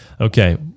Okay